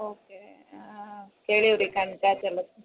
okay ಕೇಳಿವಿ ರೀ ಕಣ್ಕ ಜಲಪ್